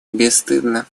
бесстыдно